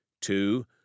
Two